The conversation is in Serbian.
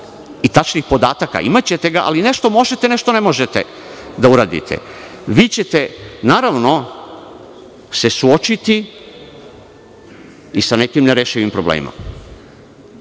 i tačnih podataka. Imaćete ga, ali nešto možete, nešto ne možete da uradite. Vi ćete, naravno se suočiti i sa nekim nerešivim problemima. Unapred